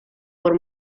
por